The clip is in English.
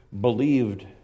believed